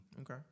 Okay